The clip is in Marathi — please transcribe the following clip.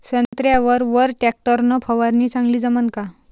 संत्र्यावर वर टॅक्टर न फवारनी चांगली जमन का?